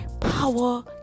Power